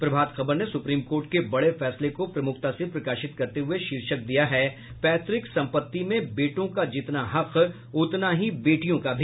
प्रभात खबर ने Supreme Court के बड़े फैसले को प्रमुखता से प्रकाशित करते हुये शीर्षक दिया है पैतृक संपत्ति में बेटों का जितना हक उतना ही बेटियों का भी